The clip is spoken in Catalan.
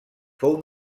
fou